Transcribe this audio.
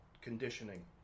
conditioning